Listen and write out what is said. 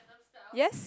yes